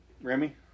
Remy